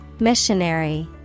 Missionary